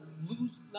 lose